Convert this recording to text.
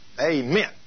Amen